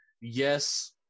yes